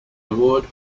award